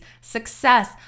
success